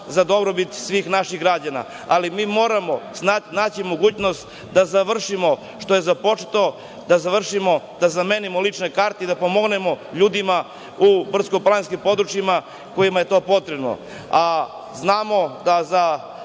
za dobrobit svih naših građana, ali mi moramo naći mogućnost da završimo što je započeto, da završimo i zamenimo lične karte i da pomognemo ljudima u brdsko-planinskim područjima kojima je to potrebno. Znamo